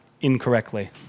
incorrectly